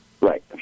Right